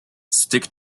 stick